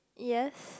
yes